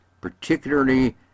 particularly